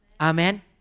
Amen